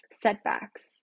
setbacks